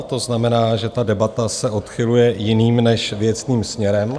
To znamená, že ta debata se odchyluje jiným než věcným směrem.